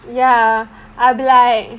ya I'll be like